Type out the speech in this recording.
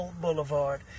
Boulevard